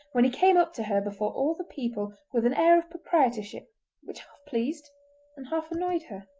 when he came up to her before all the people with an air of proprietorship which half-pleased and half-annoyed her.